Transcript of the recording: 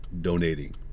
donating